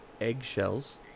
Eggshells